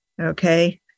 okay